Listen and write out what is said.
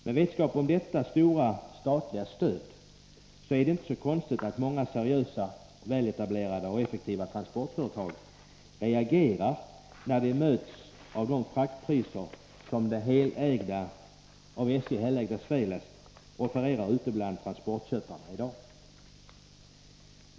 Med vetskap om detta stora statliga stöd är det inte så konstigt att många seriösa, väletablerade och effektiva transportföretag reagerar när de möts av de fraktpriser som det av SJ helägda Svelast i dag offererar transportköparna.